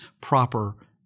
proper